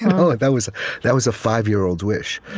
you know that was that was a five-year-old's wish.